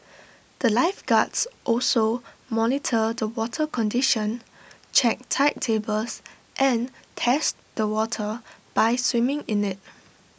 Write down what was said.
the lifeguards also monitor the water condition check tide tables and test the water by swimming in IT